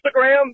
Instagram